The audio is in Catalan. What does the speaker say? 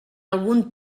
algun